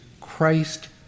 Christ